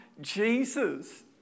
Jesus